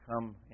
come